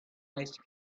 ice